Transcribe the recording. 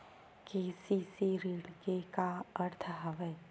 KCC ऋण के का अर्थ हवय?